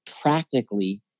practically